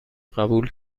قبول